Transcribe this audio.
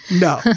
No